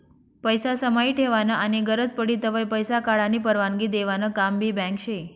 पैसा समाई ठेवानं आनी गरज पडी तव्हय पैसा काढानी परवानगी देवानं काम भी बँक शे